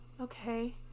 okay